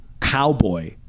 cowboy